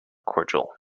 cordial